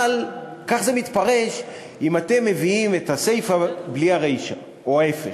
אבל כך זה מתפרש אם אתם מביאים את הסיפה בלי הרישה או להפך.